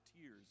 tears